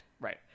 Right